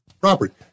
property